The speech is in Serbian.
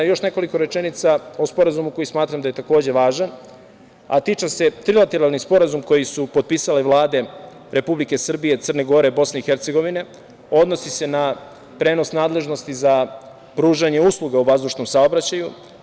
Još nekoliko rečenica o Sporazumu koji smatram da je takođe važan, a tiče se trilateralnog sporazum koji su potpisale Vlade Republike Srbije, Crne Gore i BiH, odnosi se na prenos nadležnosti za pružanje usluga u vazdušnom saobraćaju.